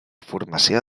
formació